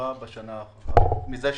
החברה מזה כשנה.